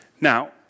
Now